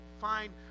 find